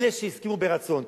אלה שהסכימו מרצון,